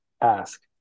ask